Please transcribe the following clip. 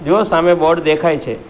જુઓ સામે બોર્ડ દેખાય છે